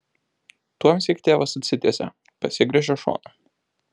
tuomsyk tėvas atsitiesia pasigręžia šonu